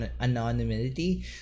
anonymity